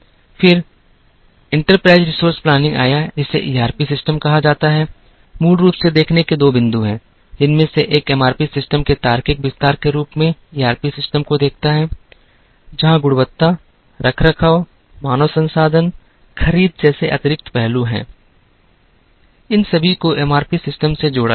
फिर उद्यम संसाधन नियोजन आया जिसे ईआरपी सिस्टम कहा जाता है मूल रूप से देखने के दो बिंदु हैं जिनमें से एक एमआरपी सिस्टम के तार्किक विस्तार के रूप में ईआरपी सिस्टम को देखता है जहां गुणवत्ता रखरखाव मानव संसाधन खरीद जैसे अतिरिक्त पहलू हैं खरीद इन सभी को एमआरपी सिस्टम में जोड़ा गया था